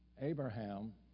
Abraham